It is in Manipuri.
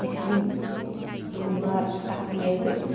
ꯗꯤꯁꯤꯄ꯭ꯂꯤꯟꯒꯨꯝꯕ ꯇꯥꯛꯄꯤꯌꯦ ꯑꯩꯈꯣꯏꯕꯨ